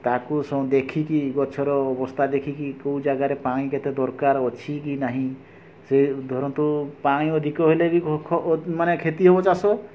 ତାକୁ ସ ଦେଖିକି ଗଛର ଅବସ୍ଥା ଦେଖିକି କେଉଁ ଜାଗାରେ ପାଣି କେତେ ଦରକାର ଅଛିକି ନାହିଁ ସେ ଧରନ୍ତୁ ପାଣି ଅଧିକ ହେଲେ ବି ମାନେ କ୍ଷତି ହବ ଚାଷ